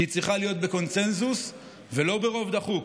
שהיא צריכה להיות בקונסנזוס ולא ברוב דחוק,